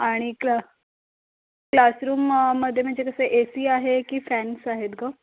आणि क्ल क्लासरूम मध्ये म्हणजे कसं ए सी आहे की फॅन्स आहेत गं